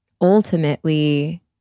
ultimately